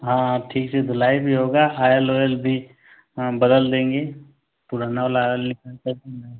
हाँ ठीक से धुलाई भी होगा आयल ओल भी बदल देंगे पुराना वाला आयल निकालकर के नया